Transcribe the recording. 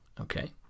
okay